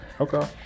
Okay